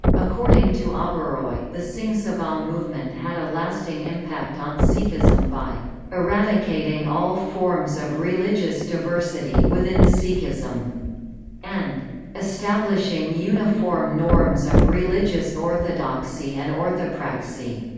according to oberoi, the singh sabha movement had a lasting impact on sikhism by eradicating all forms of religious diversity within sikhism and establishing uniform norms of religious orthodoxy and orthopraxy.